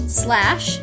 slash